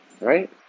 right